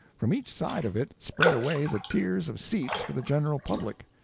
from each side of it spread away the tiers of seats for the general public.